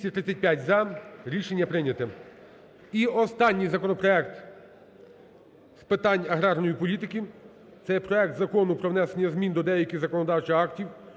останній законопроект з питань аграрної політики. Це є проект Закону про внесення змін до деяких законодавчих актів